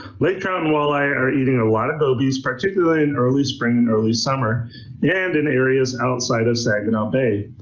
lake trout and walleye are eating a lot of gobies, particularly in early spring and early summer and in areas outside of saginaw bay.